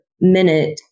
minute